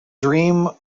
dream